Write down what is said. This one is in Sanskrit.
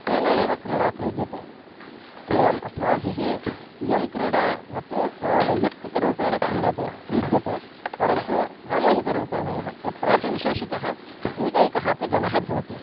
तेन एव क्रीडा क्रीड्यते एवम् अस्माभिः इयं क्रीडा न तु वैयक्तिकरूपेण क्रीडते क्रीड्यते परन्तु सामूहिकरूपेण एव तत्रापि विशेषतः एकैकः अपि गणः भवति